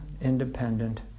independent